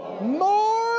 More